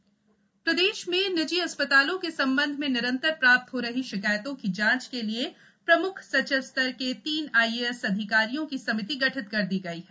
अस्पताल शिकायत प्रदेश में निजी अस्पतालों के संबंध में निरंतर प्राप्त हो रही शिकायतों की जाँच के लिए प्रम्ख सचिव स्तर के तीन आईएएस अधिकारियों की समिति गठित कर दी गई है